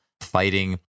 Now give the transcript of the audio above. fighting